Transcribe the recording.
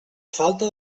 falta